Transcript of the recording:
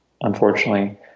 unfortunately